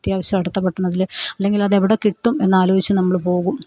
അത്യാവശ്യം അടുത്ത പട്ടണത്തിൽ അല്ലെങ്കിൽ അതെവിടെ കിട്ടും എന്നാലോചിച്ച് നമ്മൾ പോകും